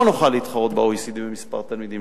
לא נוכל להתחרות ב-OECD במספר התלמידים